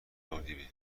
اردیبهشت